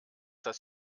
das